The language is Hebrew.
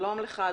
שלום לכם.